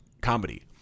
comedy